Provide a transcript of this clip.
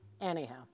Anyhow